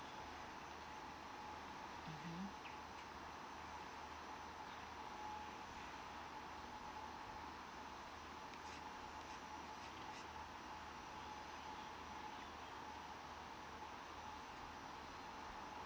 mmhmm